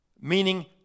meaning